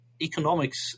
economics